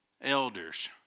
elders